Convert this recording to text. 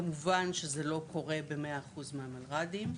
כמובן שזה לא קורה ב-100% מהמלרד"ים.